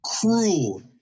Cruel